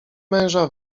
męża